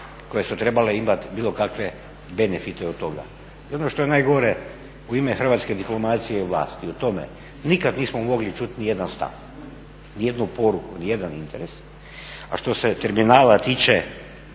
koje su trebale imati bilo kakve benefite od toga. I ono što je najgore, u ime hrvatske diplomacije i vlati i o tome nikad nismo mogli čuti ni jedan stav, ni jednu poruku, ni jedan interes. A što se terminala tiče,